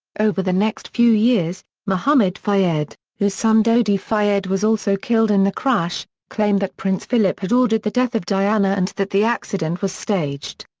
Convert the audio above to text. over the next few years mohamed fayed, whose son dodi fayed was also killed in the crash, claimed that prince philip had ordered the death of diana and that the accident was staged.